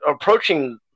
approaching